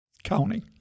county